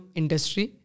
industry